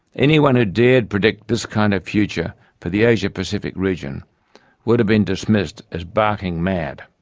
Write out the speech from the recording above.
anyone who dared predict this kind of future for the asia pacific region would have been dismissed as barking mad.